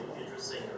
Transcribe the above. interesting